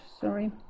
sorry